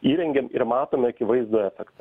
įrengiam ir matome akivaizdų efektą